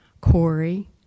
Corey